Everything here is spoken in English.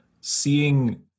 Seeing